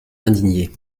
indignée